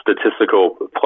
statistical